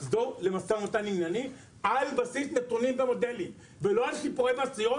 לחזור למשא ומתן ענייני על בסיס נתונים ומודלים ולא על סיפורי מעשיות